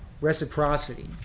reciprocity